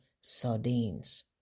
sardines